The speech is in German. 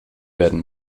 werden